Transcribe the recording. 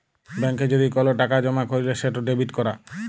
ব্যাংকে যদি কল টাকা জমা ক্যইরলে সেট ডেবিট ক্যরা